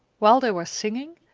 while they were singing,